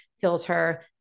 filter